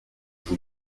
vous